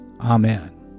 Amen